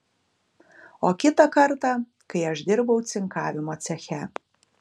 o kitą kartą kai aš dirbau cinkavimo ceche